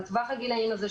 על טווח הגילאים הזה,